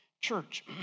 Church